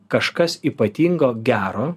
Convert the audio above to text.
kažkas ypatingo gero